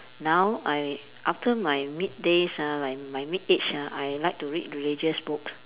now I after my mid days ah like my mid age ah I like to read religious book